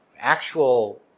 actual